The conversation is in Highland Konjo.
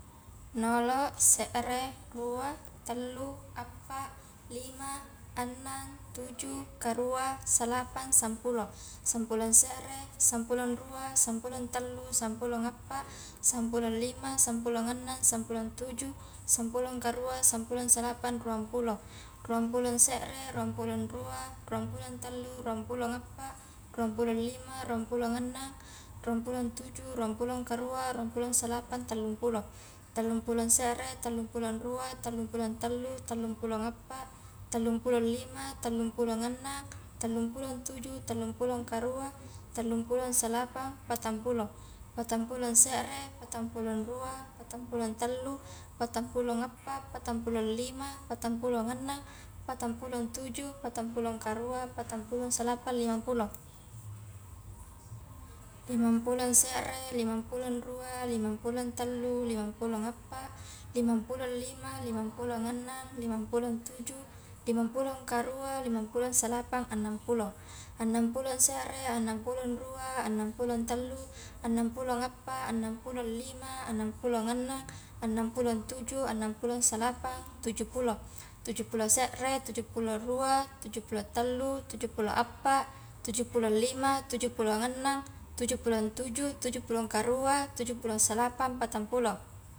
Nolo, sere, rua, tallu, appa, lima, annang, tuju, karua, salapang, sampulo, sampulong sere, sampulong rua, sampulong tallu, sampulong appa, sampulong lima, sampulong annang, sampulong tuju, sampulong karua, sampulong salapang, ruang pulo, ruang pulong sere, ruang pulong rua, ruang pulong tallu, ruang pulong appa, ruang pulong lima, ruang pulong annang, ruang pulong tuju, ruang pulong karua, ruang pulong salapang, tallung pulo, tallung pulong sere, tallung pulong rua, tallung pulong tallu, tallung pulong appa, tallung pulong lima, tallung pulong annang, tallung pulong tuju, tallung pulong karua, tallung pulong salapang, patang pulo, patang pulong sere, patang pulong rua, patang pulong tallu, patang pulong appa, patang pulong lima, patang pulong annang, patang pulong tuju, patang pulong karua, patang pulong salapang, limampulo, limampulong sere, limampulong rua, limampulong tallu, limampulong appa, limampulong lima, limampulong annang, limampulong tuju, limampulong karua, limampulong salapang, annangpulo, annang pulong sere, annang pulong rua, annang pulong tallu, annang pulong appa, annang pulong lima, annang pulong annang, annang pulong tuju, annang, annang pulong salapang, tuju pulo, tuju puluh sere, tuju pulon rua, tuju pulong tallu, tuju pulong appa, tuju pulong lima, tuju pulong annang, tuju pulong tuju, tuju pulong karua, tuju pulong salapang, patang pulo.